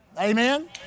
Amen